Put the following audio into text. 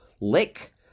lick